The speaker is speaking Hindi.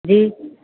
जी